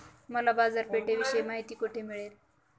मला बाजारपेठेविषयी माहिती कोठे मिळेल?